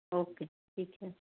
okay ठीक है